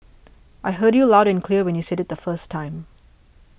I heard you loud and clear when you said it the first time